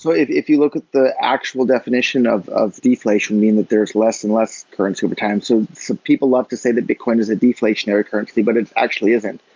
but if if you look at the actual definition of of deflation, meaning that there's less and less currency over time, so some people love to say that bitcoin is a deflationary currency, but it actually isn't.